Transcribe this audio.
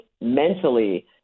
mentally